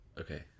Okay